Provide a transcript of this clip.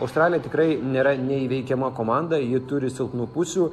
australija tikrai nėra neįveikiama komanda ji turi silpnų pusių